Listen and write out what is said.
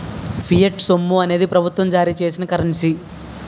fiat సొమ్ము అనేది ప్రభుత్వం జారీ చేసిన కరెన్సీ